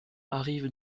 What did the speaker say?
arrive